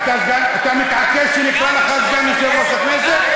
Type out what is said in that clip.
אתה מתעקש שנקרא לך סגן יושב-ראש הכנסת?